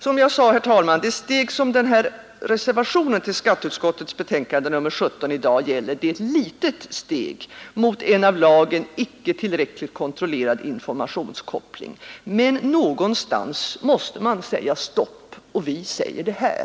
Som jag sade, herr talman: Det steg som reservationen vid skatteutskottets betänkande nr 17 gäller är ett litet steg mot en av lagen icke tillräckligt kontrollerad informationskoppling. Men någonstans måste man säga stopp. Vi säger det här.